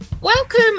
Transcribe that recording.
Welcome